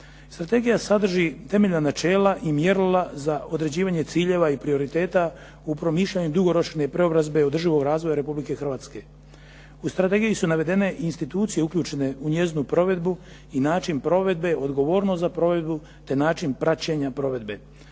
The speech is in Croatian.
Strategija sadrži temeljna načela i mjerila za određivanje ciljeva i prioriteta u promišljanju dugoročne preobrazbe održivog razvoja Republike Hrvatske. U strategiji su navedene i institucije uključene u njezinu provedbu i način provedbe, odgovornost za provedbu, te4 način praćenja provedbe.